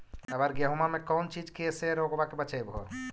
अबर गेहुमा मे कौन चीज के से रोग्बा के बचयभो?